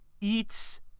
eats